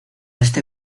este